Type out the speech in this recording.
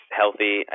healthy